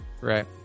Right